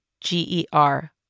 G-E-R